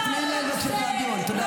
--- אב שכול היום, תרדי.